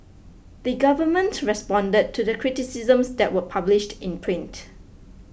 the government responded to the criticisms that were published in print